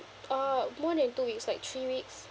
uh more than two weeks like three weeks